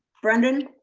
brendan.